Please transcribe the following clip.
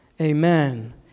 Amen